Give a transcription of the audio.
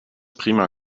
prima